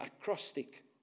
acrostic